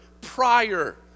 prior